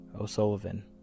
O'Sullivan